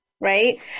right